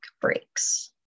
breaks